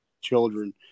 children